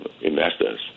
investors